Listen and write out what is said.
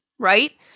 Right